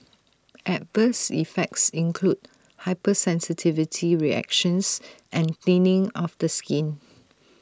adverse effects include hypersensitivity reactions and thinning of the skin